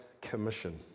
Commission